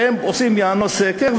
שהם עושים יענו סקר,